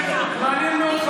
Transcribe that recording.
מעניין מאוד,